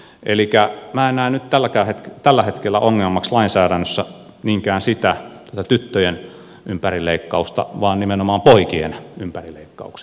elikkä minä en näe tällä hetkellä ongelmaksi lainsäädännössä niinkään tätä tyttöjen ympärileikkausta vaan nimenomaan poikien ympärileikkauksen